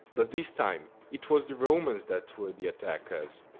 but this time, it was the romans that were the attackers.